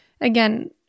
again